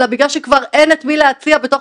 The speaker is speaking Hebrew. אלא בגלל שכבר אין את מי להציע בתוך